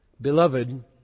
Beloved